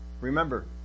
Remember